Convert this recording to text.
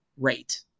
rate